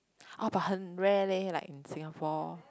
oh but 很 rare leh like in Singapore